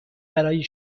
برای